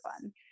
fun